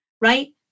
right